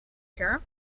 care